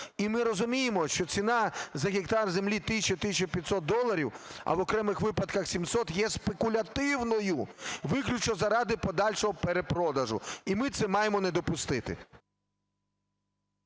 І ми розуміємо, що ціна за гектар землі 1 тисяча, 1 тисяча 500 доларів, а в окремих випадках - 700, є спекулятивною, виключно заради подальшого перепродажу. І ми це маємо не допустити.